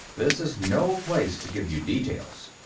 this is no place to give you details.